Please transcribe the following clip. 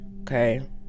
okay